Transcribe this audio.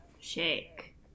shake